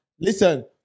Listen